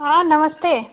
हाँ नमस्ते